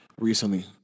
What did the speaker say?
recently